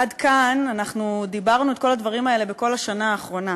עד כאן אנחנו דיברנו את כל הדברים האלה בכל השנה האחרונה.